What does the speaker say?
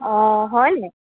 অঁ হয় নেকি